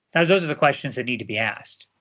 those those are the questions that need to be asked.